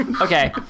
Okay